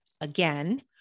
again